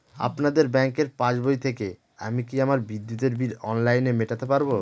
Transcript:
আপনাদের ব্যঙ্কের পাসবই থেকে আমি কি আমার বিদ্যুতের বিল অনলাইনে মেটাতে পারবো?